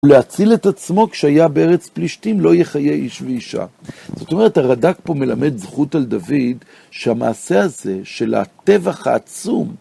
ולהציל את עצמו כשהיה בארץ פלישתים, לא יחיה איש ואישה. זאת אומרת, הרדאק פה מלמד זכות על דוד שהמעשה הזה של הטבח העצום...